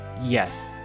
Yes